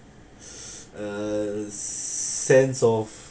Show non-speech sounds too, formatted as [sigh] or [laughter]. [breath] uh sense of